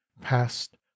past